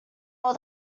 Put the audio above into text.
all